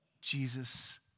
Jesus